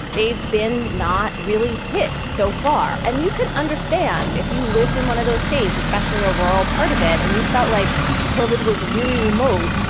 they've been not really hit so far. and you can understand, if you lived in one of those states, especially a rural part of it, and you felt like covered was really remote.